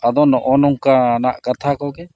ᱟᱫᱚ ᱱᱚᱜᱼᱚ ᱱᱚᱝᱠᱟᱱᱟᱜ ᱠᱟᱛᱷᱟ ᱠᱚᱜᱮ